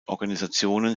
organisationen